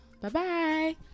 Bye-bye